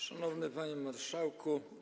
Szanowny Panie Marszałku!